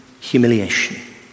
humiliation